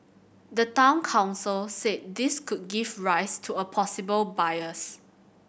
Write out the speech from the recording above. the Town Council said this could give rise to a possible bias